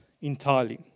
entirely